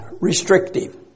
restrictive